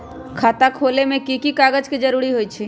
खाता खोले में कि की कागज के जरूरी होई छइ?